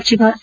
ಸಚಿವ ಸಿ